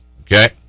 Okay